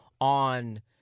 on